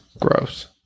Gross